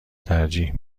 ترجیح